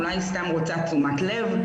אולי היא סתם רוצה תשומת לב,